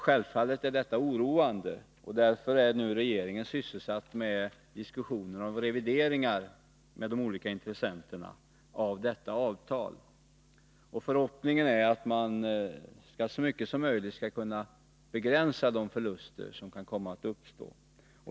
Självfallet är detta oroande; därför är regeringen nu sysselsatt med diskussion med de olika intressenterna om revideringar av detta avtal. Förhoppningen är att man så mycket som möjligt skall kunna begränsa de förluster som kan komma att uppstå.